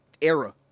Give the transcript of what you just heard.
era